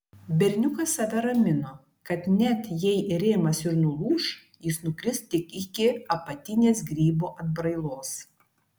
berniukas save ramino kad net jei rėmas ir nulūš jis nukris tik iki apatinės grybo atbrailos